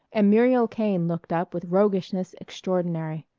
and muriel kane looked up with roguishness extraordinary.